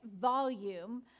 volume